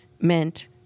meant